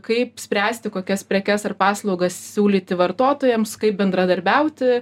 kaip spręsti kokias prekes ar paslaugas siūlyti vartotojams kaip bendradarbiauti